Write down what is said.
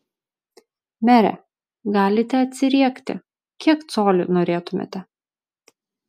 mere galite atsiriekti kiek colių norėtumėte